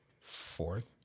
Fourth